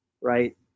Right